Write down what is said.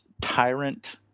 Tyrant